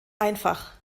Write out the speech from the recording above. einfach